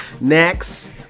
next